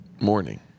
morning